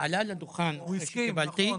עלה היום לדוכן ואמר,